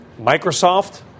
Microsoft